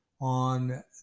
on